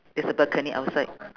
there's a balcony outside